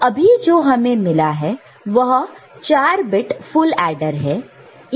तो अभी जो हमें मिला है वह 4 बिट फुल एडर है